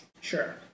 Sure